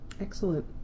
Excellent